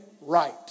right